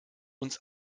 uns